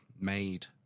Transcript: made